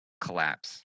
collapse